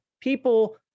people